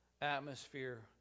Atmosphere